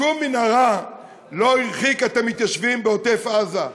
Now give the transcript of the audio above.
שום מנהרה לא הרחיקה את המתיישבים בעוטף-עזה,